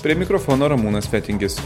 prie mikrofono ramūnas fetingis